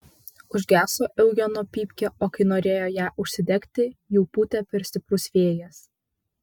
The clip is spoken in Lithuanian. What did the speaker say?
užgeso eugeno pypkė o kai norėjo ją užsidegti jau pūtė per stiprus vėjas